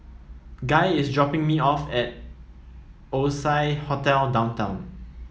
Guy is dropping me off at Oasia Hotel Downtown